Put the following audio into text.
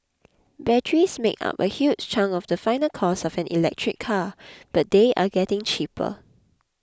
batteries make up a huge chunk of the final cost of an electric car but they are getting cheaper